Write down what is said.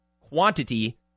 quantity